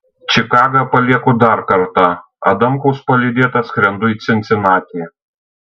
čikagą palieku dar kartą adamkaus palydėta skrendu į cincinatį